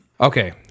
okay